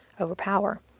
overpower